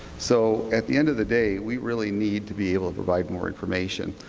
so, at the end of the day, we really need to be able to provide more information,